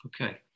okay